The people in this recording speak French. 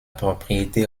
propriété